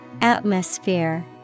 Atmosphere